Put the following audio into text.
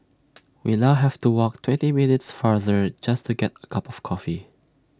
we now have to walk twenty minutes farther just to get A cup of coffee